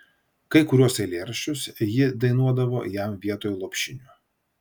kai kuriuos eilėraščius ji dainuodavo jam vietoj lopšinių